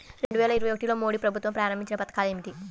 రెండు వేల ఇరవై ఒకటిలో మోడీ ప్రభుత్వం ప్రారంభించిన పథకాలు ఏమిటీ?